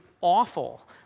awful